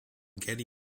getty